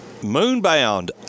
Moonbound